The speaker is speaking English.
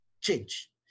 change